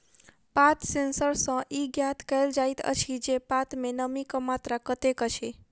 पात सेंसर सॅ ई ज्ञात कयल जाइत अछि जे पात मे नमीक मात्रा कतेक अछि